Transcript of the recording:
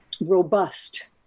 robust